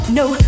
no